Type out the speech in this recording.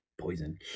poison